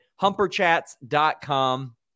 Humperchats.com